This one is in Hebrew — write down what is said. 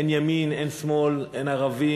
אין ימין, אין שמאל, אין ערבים,